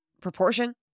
proportion